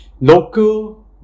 local